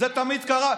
זה תמיד קרה.